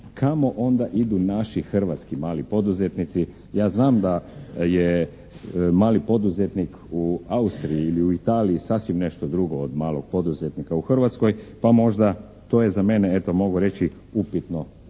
kamo onda idu naši hrvatski mali poduzetnici. Ja znam da je mali poduzetnik u Austriji ili u Italiji sasvim nešto drugo od malog poduzetnika u Hrvatskoj pa možda to je za mene eto mogu reći upitno zbog